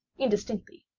indistinctly,